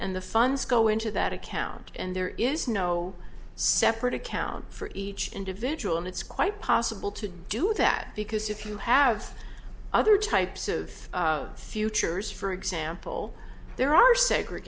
and the funds go into that account and there is no separate account for each individual and it's quite possible to do that because if you have other types of futures for example there are